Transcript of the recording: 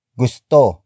gusto